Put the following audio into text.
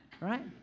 right